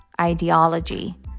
ideology